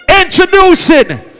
Introducing